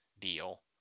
deal